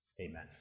Amen